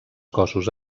cossos